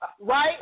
Right